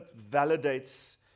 validates